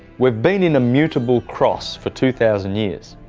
we have been in a mutable cross for two thousand years.